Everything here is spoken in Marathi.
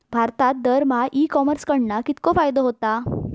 भारतात दरमहा ई कॉमर्स कडणा कितको फायदो होता?